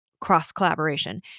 cross-collaboration